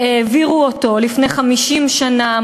והעבירו אותו לפני 50 שנה,